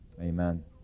Amen